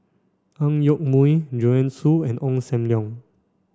Ang Yoke Mooi Joanne Soo and Ong Sam Leong